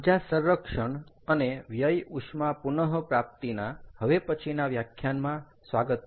ઊર્જા સંરક્ષણ અને વ્યય ઉષ્મા પુનપ્રાપ્તિના હવે પછીના વ્યાખ્યાનમાં સ્વાગત છે